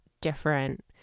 different